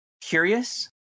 curious